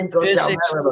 physics